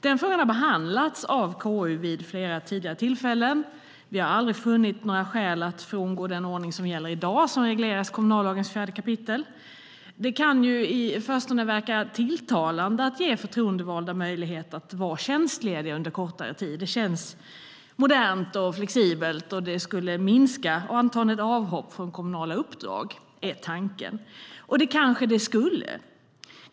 Den frågan har behandlats av konstitutionsutskottet vid flera tidigare tillfällen, men vi har aldrig funnit några skäl att frångå den ordning som gäller i dag och som regleras i 4 kap. kommunallagen. Det kan i förstone verka tilltalande att ge förtroendevalda möjlighet att vara tjänstlediga under kortare tid. Det känns modernt och flexibelt, och tanken är att det skulle minska antalet avhopp från kommunala uppdrag. Det kanske det skulle.